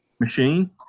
machine